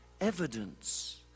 evidence